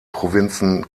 provinzen